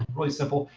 really simple.